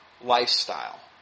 lifestyle